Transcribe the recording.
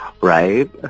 Right